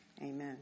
Amen